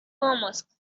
mosque